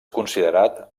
considerat